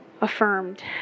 affirmed